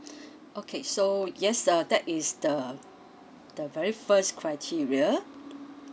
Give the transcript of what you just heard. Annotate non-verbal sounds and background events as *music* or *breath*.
*breath* okay so yes uh that is the the very first criteria